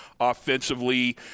offensively